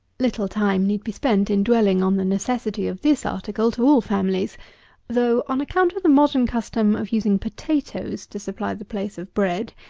little time need be spent in dwelling on the necessity of this article to all families though, on account of the modern custom of using potatoes to supply the place of bread,